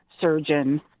surgeon